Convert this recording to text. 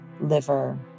liver